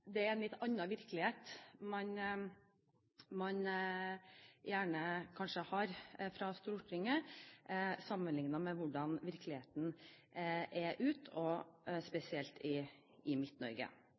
det er en litt annen virkelighet man kanskje ser fra Stortinget, sammenlignet med hvordan virkeligheten er ute, og